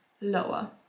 lower